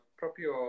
proprio